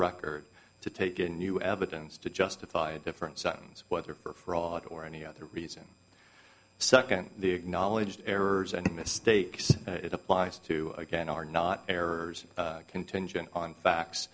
record to take in new evidence to justify a different sons whether for fraud or any other reason second the acknowledged errors and mistakes it applies to again are not errors contingent on facts